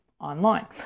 online